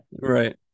Right